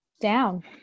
Down